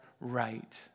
right